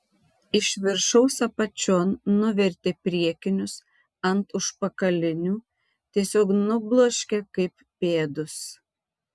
iš viršaus apačion nuvertė priekinius ant užpakalinių tiesiog nubloškė kaip pėdus